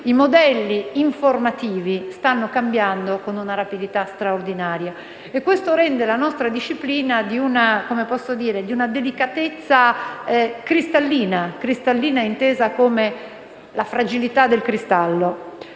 esterofilia sintattica - stanno cambiando con una rapidità straordinaria e ciò rende la nostra disciplina di una delicatezza cristallina, intesa come la fragilità del cristallo.